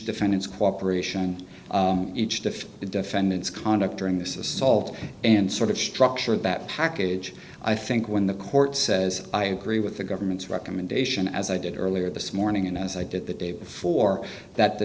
defendant's cooperation each to the defendant's conduct during this assault and sort of structure that package i think when the court says i agree with the government's recommendation as i did earlier this morning and as i did the day before that the